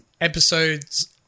Episodes